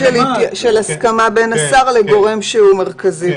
במודל של הסכמה בין השר לגורם שהוא מרכזי.